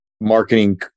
marketing